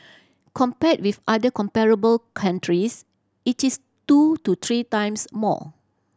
compared with other comparable countries it is two to three times more